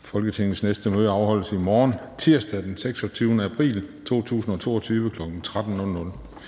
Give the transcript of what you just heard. Folketingets næste møde afholdes i morgen, tirsdag den 26. april 2022, kl. 13.00.